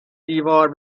دیوار